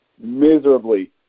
miserably